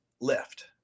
lift